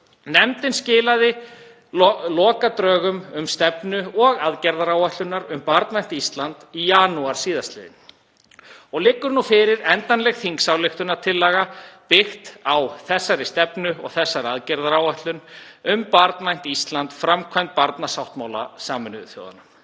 Nefndin skilaði lokadrögum um stefnu og aðgerðaáætlun um Barnvænt Ísland í janúar síðastliðnum og liggur nú fyrir endanleg þingsályktunartillaga byggð á þeirri stefnu og aðgerðaáætlun um Barnvænt Ísland – framkvæmd barnasáttmála Sameinuðu þjóðanna.